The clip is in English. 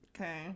Okay